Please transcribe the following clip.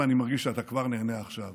ואני מרגיש שאתה כבר נהנה עכשיו.